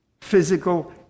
physical